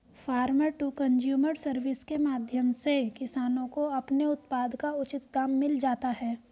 farmer to consumer service के माध्यम से किसानों को अपने उत्पाद का उचित दाम मिल जाता है